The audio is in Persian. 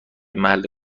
محل